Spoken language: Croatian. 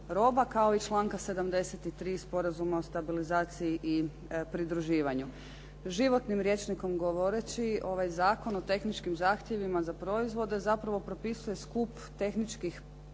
kao i članka 73. Sporazuma o stabilizaciji i pridruživanju. Životnim rječnikom govoreći, ovaj Zakon o tehničkim zahtjevima za proizvode zapravo propisuje skup tehničkih